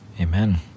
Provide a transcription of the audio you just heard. Amen